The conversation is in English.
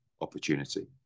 opportunity